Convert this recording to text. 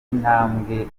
intambwe